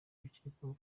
abakekwaho